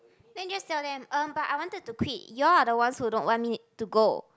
then just tell them um but I wanted to quit you all are the ones who don't want me to go